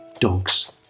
dogs